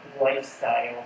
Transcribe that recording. lifestyle